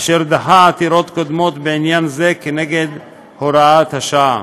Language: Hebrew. אשר דחה עתירות קודמות בעניין זה נגד הוראת השעה.